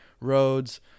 roads